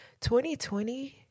2020